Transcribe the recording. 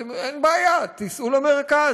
אין בעיה, תיסעו למרכז.